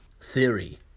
theory